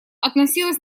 относилось